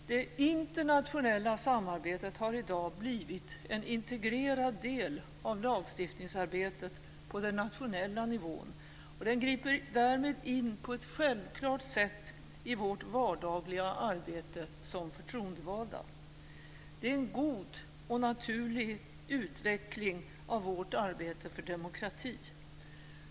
Det internationella samarbetet har i dag blivit en integrerad del av lagstiftningsarbetet på den nationella nivån, och det griper därmed in på ett självklart sätt i vårt vardagliga arbete som förtroendevalda. Det är en god och naturlig utveckling av vårt arbete för demokrati.